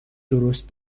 درست